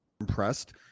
impressed